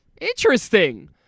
interesting